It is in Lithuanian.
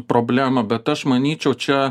problema bet aš manyčiau čia